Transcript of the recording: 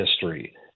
history